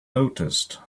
noticed